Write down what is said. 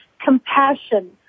compassion